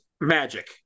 magic